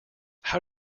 how